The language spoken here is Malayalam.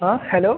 ആ ഹലൊ